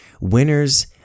Winners